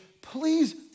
Please